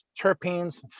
terpenes